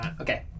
Okay